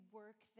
work